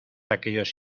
aquellos